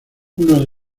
unos